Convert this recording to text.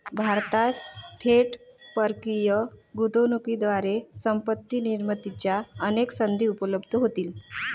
भारतात थेट परकीय गुंतवणुकीद्वारे संपत्ती निर्मितीच्या अनेक संधी उपलब्ध होतील